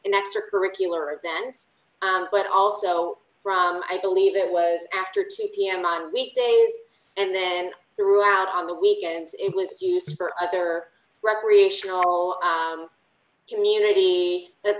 in extracurricular events but also from i believe it was after two pm on weekdays and then throughout on the weekends it was nice for other recreational community but